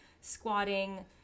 squatting